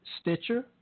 Stitcher